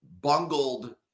bungled